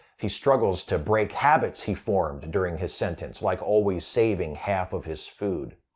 he struggles to break habits he formed during his sentence, like always saving half of his food.